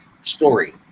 story